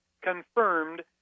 confirmed